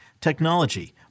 technology